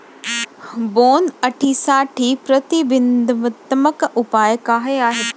बोंडअळीसाठी प्रतिबंधात्मक उपाय काय आहेत?